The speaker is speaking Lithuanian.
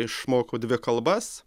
išmokau dvi kalbas